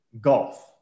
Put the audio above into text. golf